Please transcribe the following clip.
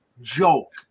joke